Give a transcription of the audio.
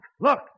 look